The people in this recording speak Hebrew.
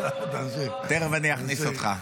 תכף אני אכניס אותך,